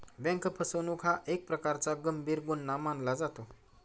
bank फसवणूक हा एक प्रकारचा गंभीर गुन्हा मानला जातो